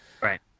Right